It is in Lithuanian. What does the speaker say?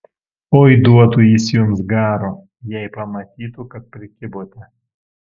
oi duotų jis jums garo jei pamatytų kad prikibote